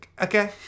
Okay